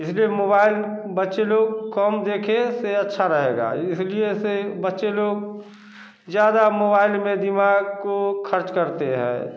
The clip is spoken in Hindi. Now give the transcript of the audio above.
इसलिए मोबाइल बच्चे लोग कम देखने से अच्छा रहेगा इसलिए इसे बच्चे लोग ज़्यादा मोबाइल में दिमाग को खर्च करते हैं